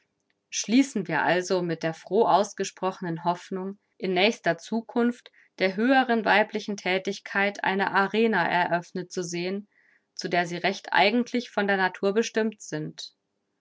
schließen wir also mit der froh ausgesprochnen hoffnung in nächster zukunft der höheren weiblichen thätigkeit eine arena eröffnet zu sehen zu der sie recht eigentlich von der natur bestimmt sind